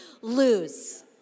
lose